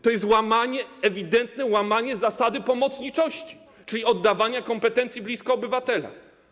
To jest ewidentne łamanie zasady pomocniczości, czyli oddawania kompetencji blisko obywatela.